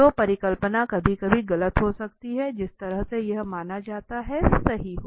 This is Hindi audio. तो परिकल्पना कभी कभी गलत हो सकती है जिस तरह से यह माना जाता है सही हो